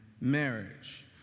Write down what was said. marriage